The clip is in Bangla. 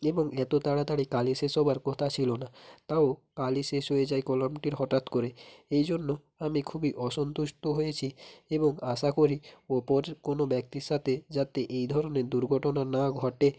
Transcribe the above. এবং এত তাড়াতাড়ি কালি শেষ হবার কথা ছিল না তাও কালি শেষ হয়ে যায় কলমটির হঠাৎ করে এই জন্য আমি খুবই অসন্তুষ্ট হয়েছি এবং আশা করি অপর কোনও ব্যক্তির সাথে যাতে এই ধরনের দুর্ঘটনা না ঘটে